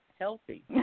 Healthy